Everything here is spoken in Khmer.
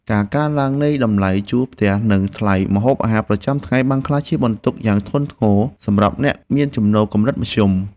ការកើនឡើងនៃតម្លៃជួលផ្ទះនិងថ្លៃម្ហូបអាហារប្រចាំថ្ងៃបានក្លាយជាបន្ទុកយ៉ាងធ្ងន់ធ្ងរសម្រាប់អ្នកមានចំណូលកម្រិតមធ្យម។